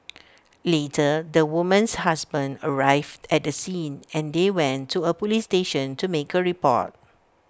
later the woman's husband arrived at the scene and they went to A Police station to make A report